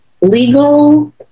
legal